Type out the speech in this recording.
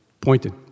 pointed